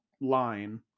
line